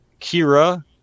Kira